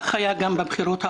כך היה גם בבחירות האחרונות,